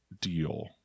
deal